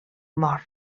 mor